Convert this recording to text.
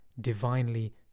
divinely